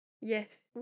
Yes